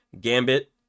Gambit